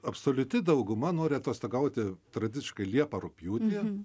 absoliuti dauguma nori atostogauti tradiciškai liepą rugpjūtį